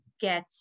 get